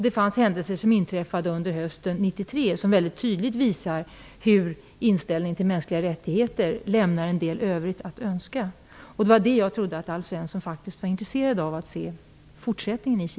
Det finns händelser som inträffade under hösten 1993 som mycket tydligt visar att inställningen till mänskliga rättigheter lämnar en del övrigt att önska. Jag trodde att Alf Svensson faktiskt var intresserad av att följa utvecklingen i